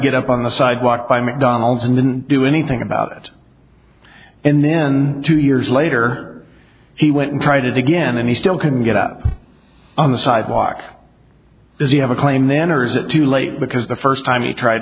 get up on the sidewalk by mcdonald's and didn't do anything about it and then two years later he went and tried to dig in and he still couldn't get up on the sidewalk does he have a claim manors it too late because the first time he tried